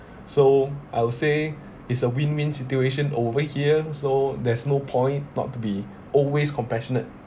so I would say it's a win win situation over here so there's no point not to be always compassionate